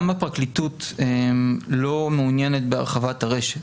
גם הפרקליטות לא מעוניינת בהרחבת הרשת,